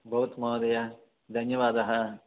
भवतु महोदय धन्यवादः